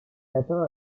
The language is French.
atteint